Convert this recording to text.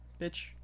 bitch